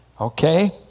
Okay